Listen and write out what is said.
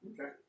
Okay